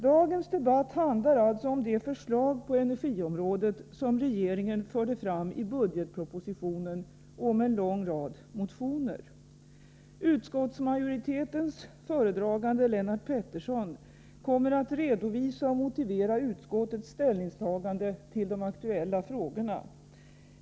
Dagens debatt handlar alltså om de förslag på energiområdet som regeringen förde fram i budgetpropositionen, och om en lång rad motioner. Utskottsmajoritetens föredragande, Lennart Pettersson, kommer att redovisa och motivera utskottets ställningstagande till de aktuella frågorna.